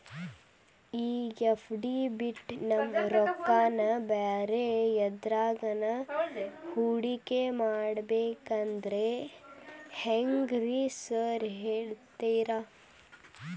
ಈ ಎಫ್.ಡಿ ಬಿಟ್ ನಮ್ ರೊಕ್ಕನಾ ಬ್ಯಾರೆ ಎದ್ರಾಗಾನ ಹೂಡಿಕೆ ಮಾಡಬೇಕಂದ್ರೆ ಹೆಂಗ್ರಿ ಸಾರ್ ಹೇಳ್ತೇರಾ?